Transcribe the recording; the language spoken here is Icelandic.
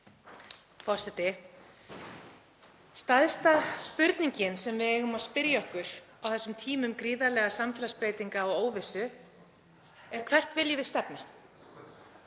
Forseti. Stærsta spurningin sem við eigum að spyrja okkur á þessum tímum gríðarlegra samfélagsbreytinga og óvissu er: Hvert viljum við stefna?